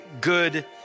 good